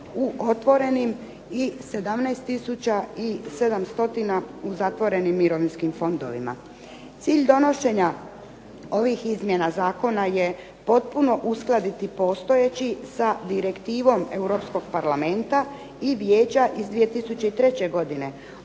7 stotina u zatvorenim mirovinskim fondovima. Cilj donošenja ovih izmjena zakona je potpuno uskladiti postojeći sa direktivom Europskog Parlamenta i Vijeća iz 2003. godine